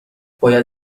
باید